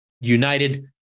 United